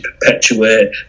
perpetuate